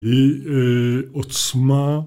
היא אה... עוצמה